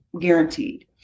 guaranteed